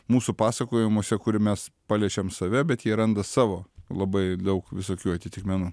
mūsų pasakojimuose kur mes paliečiam save bet jie randa savo labai daug visokių atitikmenų